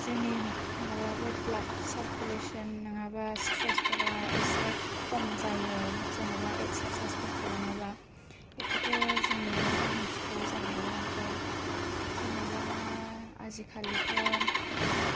जोंनि माबा बे ब्लाड सारकुलेसन नङाबा स्ट्रेस फोरा इसे खम जायो जेनोबा इकसार्साइस फोर खालामोबा बेखौथ' जों बयबो मिथिखायो जानो हागौ ओमफ्राय जेनोबा आजिखालिथ'